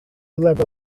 lefel